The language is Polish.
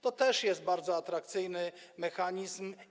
To też jest bardzo atrakcyjny mechanizm.